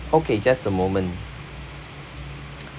okay just a moment